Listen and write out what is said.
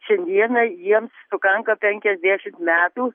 šiandieną jiems sukanka penkiasdešimt metų